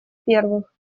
первых